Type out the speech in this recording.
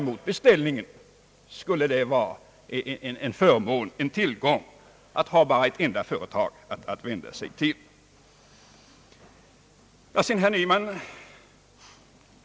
Det anser jag skulle vara en förmån även för den som tar emot beställningen att ha bara ett enda företag att vända sig till. Sedan vill jag bemöta herr Nyman.